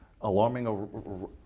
Alarming